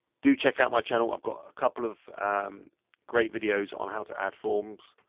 do check out my channel. i've got a couple of great videos on how to add forms.